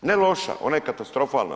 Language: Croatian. Ne loša, ona je katastrofalna.